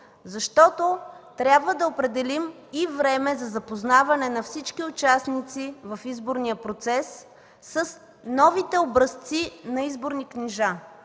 защото трябва да определим и време за запознаване на всички участници в изборния процес с новите образци на изборни книжа.